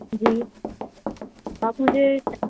جی اور مجھے